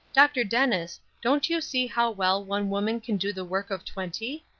dr. dennis, don't you see how well one woman can do the work of twenty?